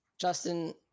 justin